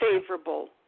favorable